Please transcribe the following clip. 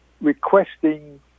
requesting